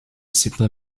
simpler